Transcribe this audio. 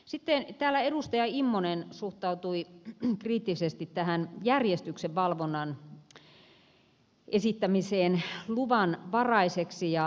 sitten täällä edustaja immonen suhtautui kriittisesti tähän järjestyksenvalvonnan esittämiseen luvanvaraiseksi